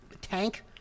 tank